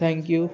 thank you